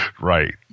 Right